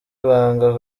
ibanga